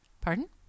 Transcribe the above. Pardon